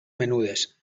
menudes